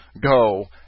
go